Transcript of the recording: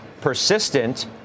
persistent